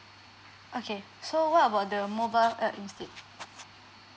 okay so what about the mobile app instead